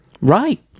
right